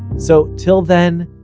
so till then,